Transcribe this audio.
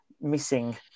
missing